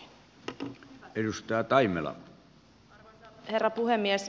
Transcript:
arvoisa herra puhemies